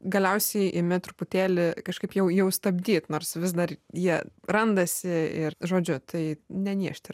galiausiai imi truputėlį kažkaip jau jau stabdyt nors vis dar jie randasi ir žodžiu tai ne niežti